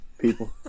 people